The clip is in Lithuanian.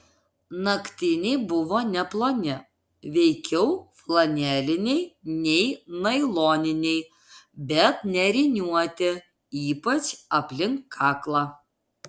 naktiniai buvo neploni veikiau flaneliniai nei nailoniniai bet nėriniuoti ypač aplink kaklą